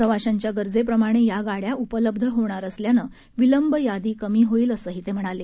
प्रवाशांच्या गरजेप्रमाणे या गाड्या उपलब्ध होणार असल्यानं विलंब यादी कमी होईल असंही ते म्हणाले